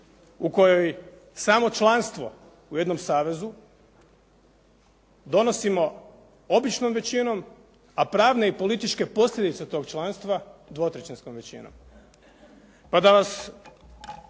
u kojoj samo članstvo u jednom savezu donosimo običnom većinom, a pravne i političke posljedice tog članstva dvotrećinskom većinom. Pa da vas